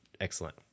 excellent